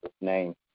name